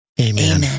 Amen